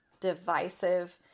divisive